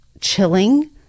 chilling